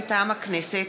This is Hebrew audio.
מטעם הכנסת: